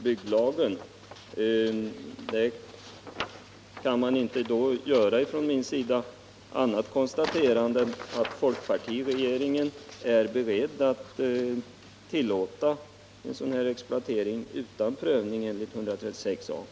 Jag kan med anledning av svaret inte göra något annat konstaterande än att folkpartiregeringen är beredd att tillåta en sådan här exploatering utan prövning enligt denna paragraf.